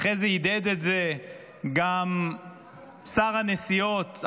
ואחרי זה הדהד את זה גם שר הנסיעות,